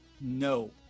No